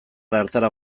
hartara